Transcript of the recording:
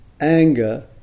anger